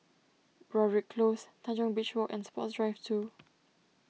Broadrick Close Tanjong Beach Walk and Sports Drive two